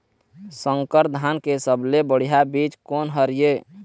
संकर धान के सबले बढ़िया बीज कोन हर ये?